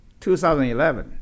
2011